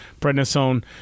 prednisone